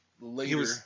later –